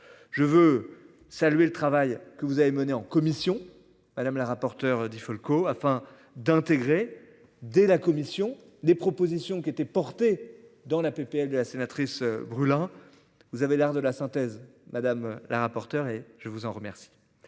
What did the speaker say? Je veux saluer le travail que vous avez mené en commission, madame la rapporteure di Falco afin d'intégrer des. La commission des propositions qui étaient portés dans la PPL de la sénatrice brûle hein. Vous avez l'art de la synthèse madame la rapporteur, et je vous en remercie.